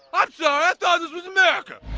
ah yeah thought this was america.